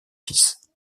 fils